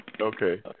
Okay